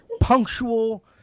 punctual